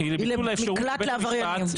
מקלט לעבריינים.